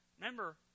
remember